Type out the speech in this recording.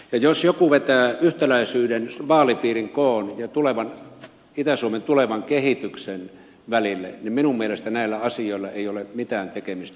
vaikka joku voi vetää yhtäläisyyden vaalipiirin koon ja itä suomen tulevan kehityksen välille niin minun mielestäni näillä asioilla ei ole mitään tekemistä keskenään